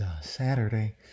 Saturday